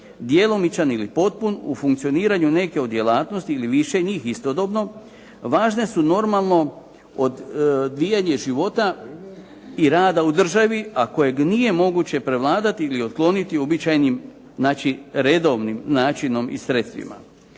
djelomičan ili potpun u funkcioniranju neke od djelatnosti ili više njih istodobno, važne su normalno odvijanje života i rada u državi, a kojeg nije moguće prevladati ili otkloniti uobičajenim, znači redovnim načinom i sredstvima.